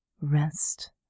rest